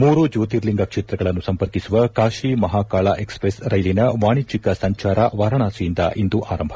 ಮೂರು ಜ್ಯೋತಿರ್ಲಿಂಗ ಕ್ಷೇತ್ರಗಳನ್ನು ಸಂಪರ್ಕಿಸುವ ಕಾಶಿ ಮಹಾಕಾಳಾ ಎಕ್ಸ್ಪ್ರೆಸ್ ರೈಲಿನ ವಾಣಿಜ್ಯಿಕ ಸಂಚಾರ ವಾರಾಣಸಿಯಿಂದ ಇಂದು ಆರಂಭ